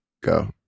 go